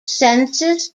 census